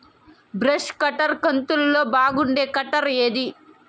Brush cutter కంతులలో బాగుండేది cutter ఏది?